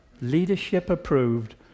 leadership-approved